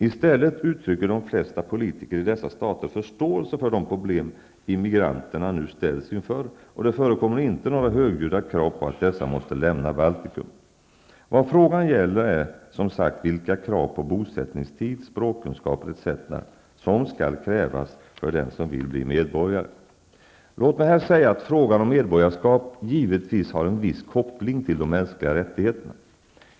I stället uttrycker de flesta politiker i dessa stater förståelse för de problem immigranterna nu ställs inför, och det förekommer inte några högljudda krav på att dessa måste lämna Baltikum. Vad frågan gäller är som sagt vilka krav på bosättningstid, språkkunskaper etc. som skall krävas för den som vill bli medborgare. Låt mig här säga att frågan om medborgarskap givetvis har en viss koppling till de mänskliga rättigheterna.